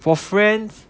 for friends